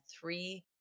three